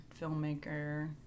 filmmaker